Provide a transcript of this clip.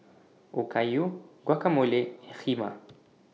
Okayu Guacamole and Kheema